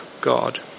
God